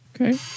Okay